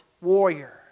warrior